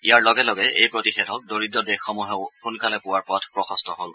ইয়াৰ লগে লগে এই প্ৰতিষেধক দৰিদ্ৰ দেশসমূহেও সোনকালে পোৱাৰ পথ প্ৰশস্ত হল